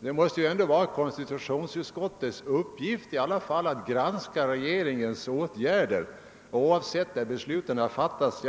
Det måste ändå vara konstitutionsutskottets uppgift att granska regeringens åtgärder oavsett om beslut redan har fattats.